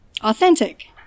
authentic